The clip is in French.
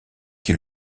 qui